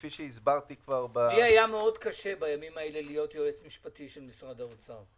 לי היה קשה בימים האלה להיות יועץ משפטי של משרד האוצר,